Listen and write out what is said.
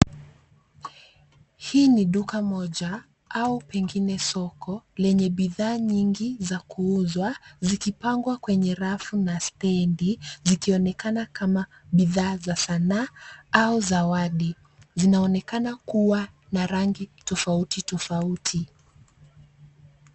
Hii ni duka moja au pengine soko lenye bidhaa nyingi za kuuzwa zikipangwa kwenye rafu na stendi zikionekana kama bidhaa za sanaa au zawadi. Zinaonekana kuwa na rangi tofauti tofauti.